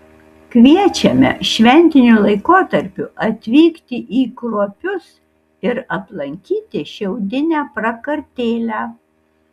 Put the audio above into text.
kviečiame šventiniu laikotarpiu atvykti į kruopius ir aplankyti šiaudinę prakartėlę